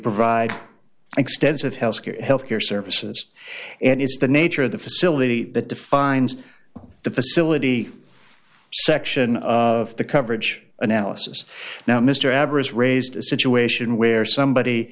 provide extensive health care health care services and it's the nature of the facility that defines the facility section of the coverage analysis now mr average raised a situation where somebody